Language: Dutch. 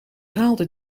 haalde